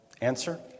Answer